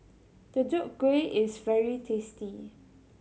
Deodeok Gui is very tasty